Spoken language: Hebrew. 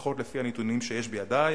לפחות לפי הנתונים שיש בידי,